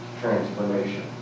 transformation